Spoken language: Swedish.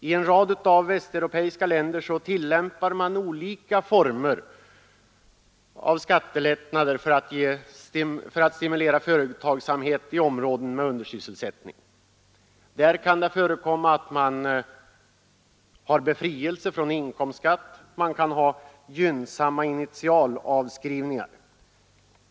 I en rad västeuropeiska länder tillämpar man olika former av skattelättnader för att stimulera företagsamhet i områden med undersysselsättning. Det kan vara i form av befrielse från inkomstskatter eller gynnsamma initialavskrivningar.